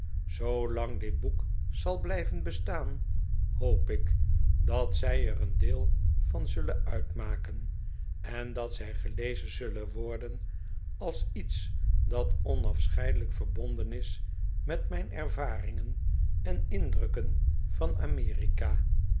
zoolang dit boek zal blijven bestaan hoop ik dat zij er een deel van zullen uitmaken en dat zij gelezen zullen worden als iets dat onafscheidelijk verbonden is met mijn ervaringen en indrukken van amerika